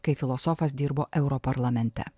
kai filosofas dirbo europarlamente